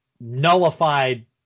nullified